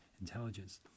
intelligence